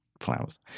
flowers